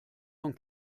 von